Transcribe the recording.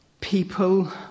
people